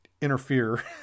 interfere